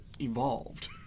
evolved